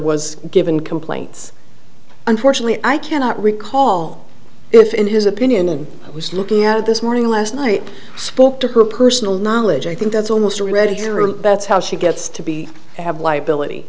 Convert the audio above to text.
was given complaints unfortunately i cannot recall if in his opinion and was looking at this morning last night spoke to her personal knowledge i think that's almost already true that's how she gets to be have liability